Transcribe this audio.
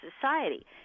society